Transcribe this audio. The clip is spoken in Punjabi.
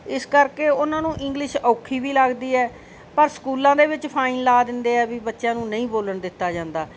ਇਸ ਕਰਕੇ ਉਹਨਾਂ ਨੂੰ ਇੰਗਲਿਸ਼ ਔਖੀ ਵੀ ਲੱਗਦੀ ਹੈ ਪਰ ਸਕੂਲਾਂ ਦੇ ਵਿੱਚ ਫਾਈਨ ਲਾ ਦਿੰਦੇ ਹੈ ਵੀ ਬੱਚਿਆਂ ਨੂੰ ਨਹੀਂ ਬੋਲਣ ਦਿੱਤਾ ਜਾਂਦਾ